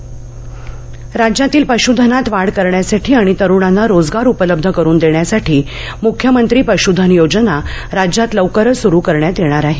पशधन राज्यातील पशुधनात वाढ करण्यासाठी आणि तरुणांना रोजगार उपलब्ध करून देण्यासाठी मुख्यमंत्री पशुधन योजना राज्यात लवकरच सुरू करण्यात येणार आहे